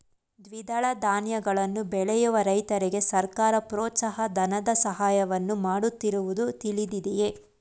ದ್ವಿದಳ ಧಾನ್ಯಗಳನ್ನು ಬೆಳೆಯುವ ರೈತರಿಗೆ ಸರ್ಕಾರ ಪ್ರೋತ್ಸಾಹ ಧನದ ಸಹಾಯವನ್ನು ಮಾಡುತ್ತಿರುವುದು ತಿಳಿದಿದೆಯೇ?